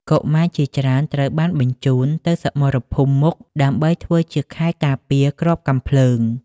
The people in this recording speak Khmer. កុមារជាច្រើនត្រូវបានបញ្ជូនទៅសមរភូមិមុខដើម្បីធ្វើជាខែលការពារគ្រាប់កាំភ្លើង។